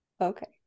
Okay